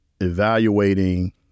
evaluating